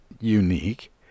unique